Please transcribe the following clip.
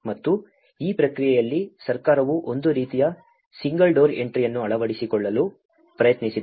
ಮತ್ತು ಈ ಪ್ರಕ್ರಿಯೆಯಲ್ಲಿ ಸರ್ಕಾರವು ಒಂದು ರೀತಿಯ ಸಿಂಗಲ್ ಡೋರ್ ಎಂಟ್ರಿಯನ್ನು ಅಳವಡಿಸಿಕೊಳ್ಳಲು ಪ್ರಯತ್ನಿಸಿದೆ